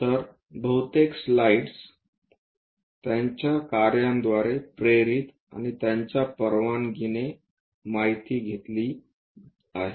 तर बहुतेक स्लाइड्सत्याच्या कार्यांद्वारे प्रेरित आणि त्याच्या परवानगीने माहिती घेतली आहे